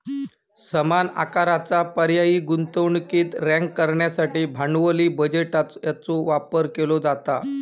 समान आकाराचा पर्यायी गुंतवणुकीक रँक करण्यासाठी भांडवली बजेटात याचो वापर केलो जाता